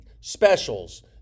specials